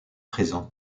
présent